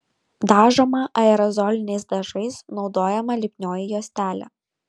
dažoma aerozoliniais dažais naudojama lipnioji juostelė